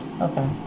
Okay